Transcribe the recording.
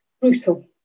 brutal